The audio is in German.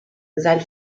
sein